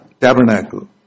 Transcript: tabernacle